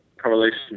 correlation